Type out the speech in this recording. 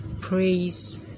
praise